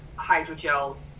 hydrogels